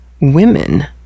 women